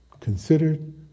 considered